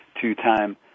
two-time